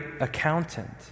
accountant